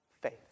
faith